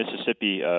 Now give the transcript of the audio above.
Mississippi